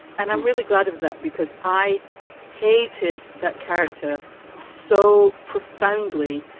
and i'm really glad of that because i hated that character so profoundly.